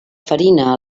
farina